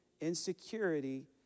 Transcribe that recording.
Insecurity